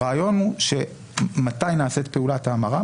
הרעיון הוא שמתי נעשית פעולת ההמרה,